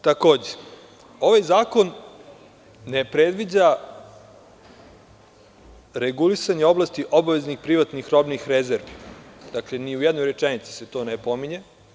Takođe, ovaj zakon ne predviđa regulisanje oblasti obaveznih privatnih robnih rezervi, ni u jednoj rečenici se to ne pominje.